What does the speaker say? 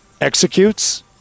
executes –